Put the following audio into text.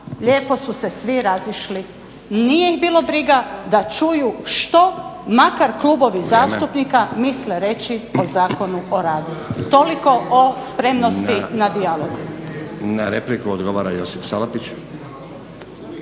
lijepo su se svi razišli. Nije ih bilo briga da čuju što makar klubovi zastupnike misle reći o Zakonu o radu. Toliko o spremnosti na dijalog. **Stazić, Nenad (SDP)**